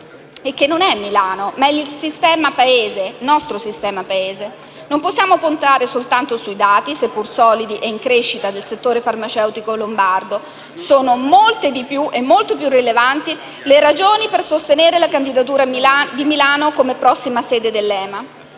che non si tratta di Milano, ma del nostro sistema Paese. Non possiamo puntare soltanto sui dati, seppur solidi e in crescita, del settore farmaceutico lombardo; sono molte di più è molto più rilevanti le ragioni per sostenere la candidatura di Milano come prossima sede dell'EMA.